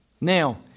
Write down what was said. Now